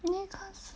I think cause